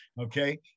okay